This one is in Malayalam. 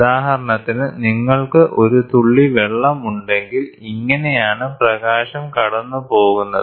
ഉദാഹരണത്തിന് നിങ്ങൾക്ക് ഒരു തുള്ളി വെള്ളം ഉണ്ടെങ്കിൽ ഇങ്ങനെയാണ് പ്രകാശം കടന്നുപോകുന്നത്